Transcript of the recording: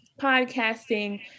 podcasting